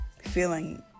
feeling